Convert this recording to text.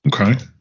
Okay